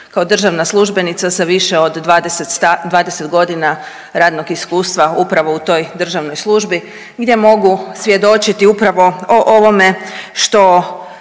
kao državna službenica sa više od 20 godina radnog iskustva upravo u toj državnoj službi gdje mogu svjedočiti upravo o ovome što